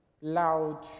loud